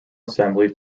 assembly